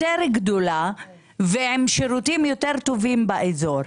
יותר גדולה ועם שירותים יותר טובים באזור.